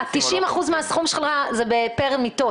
90% מהסכום זה בפר מיטות.